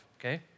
okay